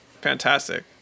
fantastic